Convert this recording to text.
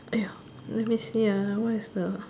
!aiyo! let me see ah what is the